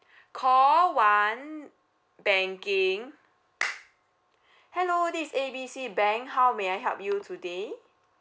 call one banking hello this is A B C bank how may I help you today